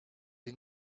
can